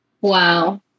Wow